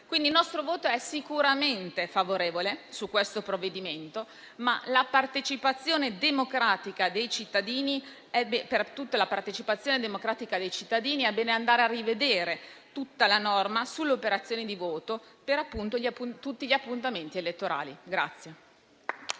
votare. Il nostro voto è sicuramente favorevole su questo provvedimento, ma per la partecipazione democratica al voto di tutti i cittadini, è bene andare a rivedere tutta la normativa sulle operazioni di voto per tutti gli appuntamenti elettorali.